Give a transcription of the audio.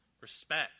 respect